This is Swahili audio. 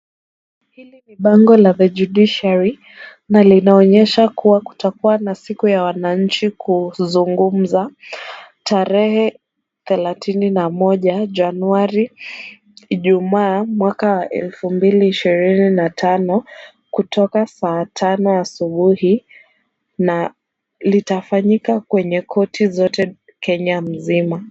Hili ni bango la The judiciary na linaonyesha kuwa kutakuwa na siku ya wananchi kuzungumza, tarehe thelathini na moja Januari Ijumaa mwaka wa elfu mbili ishirini na tano kutoka saa tano asubuhi na litafanyika kwenye korti zote Kenya mzima.